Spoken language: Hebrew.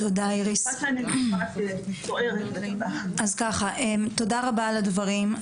תודה איריס, תודה רבה על הדברים.